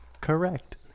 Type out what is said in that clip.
Correct